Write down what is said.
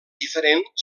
diferent